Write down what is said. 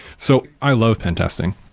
so i love pen testing.